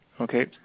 Okay